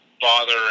father